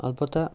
اَلبتہ